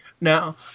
Now